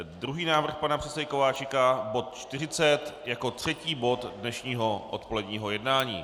Druhý návrh pana předsedy Kováčika, bod 40 jako třetí bod dnešního odpoledního jednání.